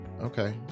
Okay